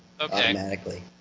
automatically